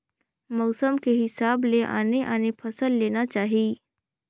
मउसम के हिसाब ले आने आने फसल लेना चाही